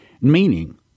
meaning